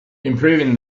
improving